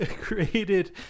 created